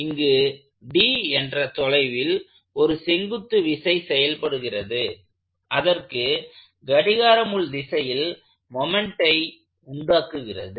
இங்கு d என்ற தொலைவில் ஒரு செங்குத்து விசை செயல்படுகிறது அது அதற்கு கடிகார முள் எதிர்திசையில் மொமெண்ட்டை உண்டாக்குகிறது